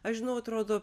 aš žinau atrodo